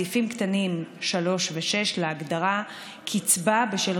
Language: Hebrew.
סעיפים קטנים (3) ו-(6) להגדרה "קצבה בשל